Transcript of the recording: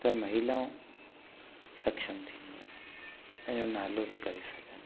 त महिला सक्षम थींदियूं पंहिंजो नालो बि करे सघंदियूं